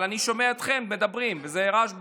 אבל אני שומע אתכם מדברים, ויש רעש באולם.